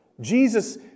Jesus